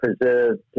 preserved